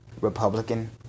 Republican